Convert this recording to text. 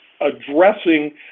addressing